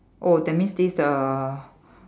oh that means this the